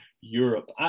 Europe